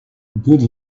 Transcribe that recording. good